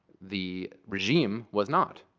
the regime was not.